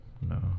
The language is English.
No